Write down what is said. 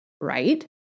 Right